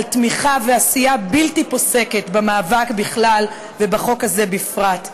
על תמיכה ועשייה בלתי פוסקת במאבק בכלל ובחוק הזה בפרט,